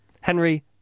Henry